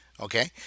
okay